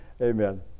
Amen